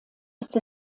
ist